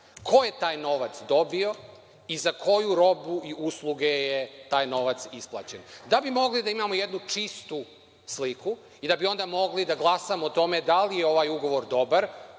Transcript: ko je taj novac dobio i za koju robu i usluge je taj novac isplaćen da bi mogli da imamo jednu čistu sliku i da bi onda mogli da glasamo o tome da li je ovaj ugovor dobar